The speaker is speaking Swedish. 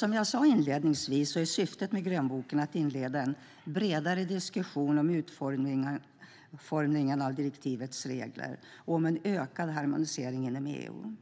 Som jag sade inledningsvis är syftet med grönboken att inleda en bredare diskussion om utformningen av direktivets regler och om en ökad harmonisering inom EU: